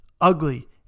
Ugly